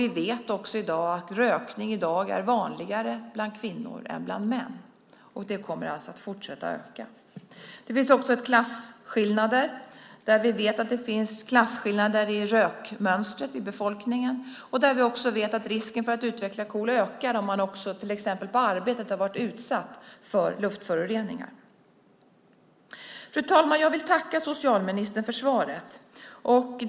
Vi vet också att rökning i dag är vanligare bland kvinnor än bland män, och den ökningen kommer att fortsätta. Det finns också klasskillnader. Vi vet att det finns klassskillnader i rökmönstret i befolkningen. Vi vet också att risken för att utveckla KOL ökar om man också till exempel på arbetet har varit utsatt för luftföroreningar. Fru talman! Jag vill tacka socialministern för svaret.